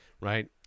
Right